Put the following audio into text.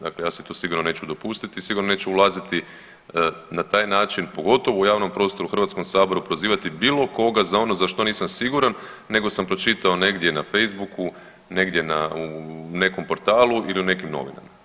Dakle, ja si to sigurno neću dopustiti i sigurno neću ulaziti na taj način pogotovo u javnom prostoru u Hrvatskom saboru prozivati bilo koga za ono za što nisam siguran nego sam pročitao negdje na Facebooku, negdje na, u nekom portalu ili u nekim novinama.